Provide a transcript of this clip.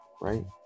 Right